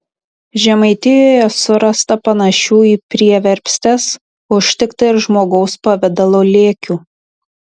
žemaitijoje surasta panašių į prieverpstes užtikta ir žmogaus pavidalo lėkių